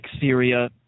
Syria